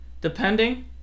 depending